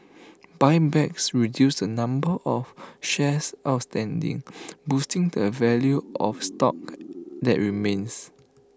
buybacks reduce the number of shares outstanding boosting the value of stock that remains